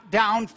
down